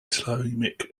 ptolemaic